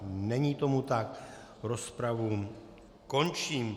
Není tomu tak, rozpravu končím.